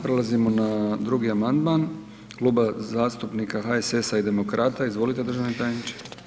Prelazimo na 2. amandman Kluba zastupnika HSS-a i Demokrata, izvolite državni tajniče.